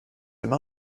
immer